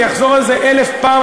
אני אחזור על זה אלף פעם,